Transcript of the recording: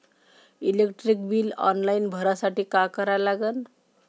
Electric bill online भरासाठी का करा लागन?